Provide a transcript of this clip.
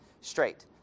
straight